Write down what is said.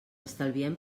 estalviem